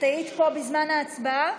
היית פה בזמן ההצבעה?